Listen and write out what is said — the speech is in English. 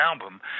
album